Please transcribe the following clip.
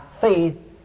faith